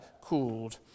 cooled